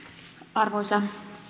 arvoisa